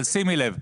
אבל שימי לב,